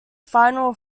final